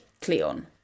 Cleon